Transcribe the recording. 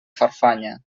farfanya